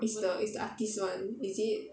is the is the artist [one] is it